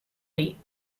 lee